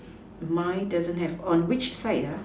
my doesn't have on which side